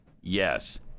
yes